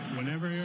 Whenever